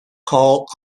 carl